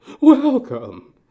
welcome